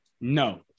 No